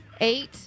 eight